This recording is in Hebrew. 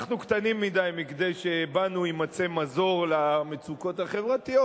אנחנו קטנים מכדי שבנו יימצא מזור למצוקות החברתיות.